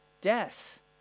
Death